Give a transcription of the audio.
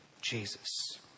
Jesus